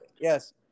Yes